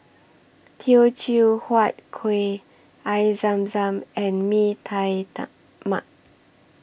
Teochew Huat Kueh Air Zam Zam and Mee Tai Mak